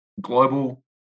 global